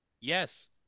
Yes